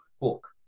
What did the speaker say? book